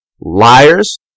Liars